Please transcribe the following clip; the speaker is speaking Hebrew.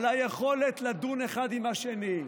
על היכולת לדון אחד עם השני,